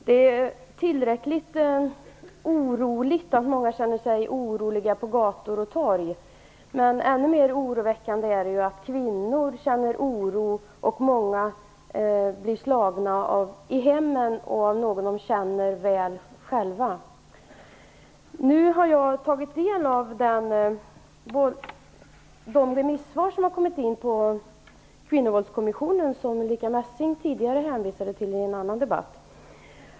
Det är tillräckligt bekymmersamt att många känner sig oroliga på gator och torg, men ännu mer oroväckande är det att kvinnor känner oro och att många blir slagna i hemmen, av någon som de själva känner väl. Nu har jag tagit del av de remissvar som har kommit in på Kvinnovåldskommissionens förslag, som Ulrica Messing tidigare hänvisade till i en annan debatt.